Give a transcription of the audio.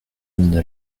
une